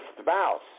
spouse